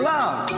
love